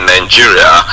Nigeria